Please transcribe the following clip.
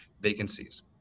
vacancies